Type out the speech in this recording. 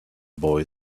boy